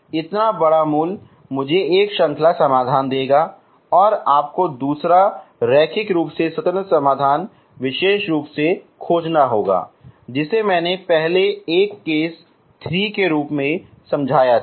इतना बड़ा मूल मुझे एक श्रृंखला समाधान देगा और आपको दूसरा रैखिक रूप से स्वतंत्र समाधान विशेष रूप से खोजना होगा जिसे मैंने पहले एक केस 3 के रूप में समझाया था